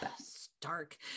Stark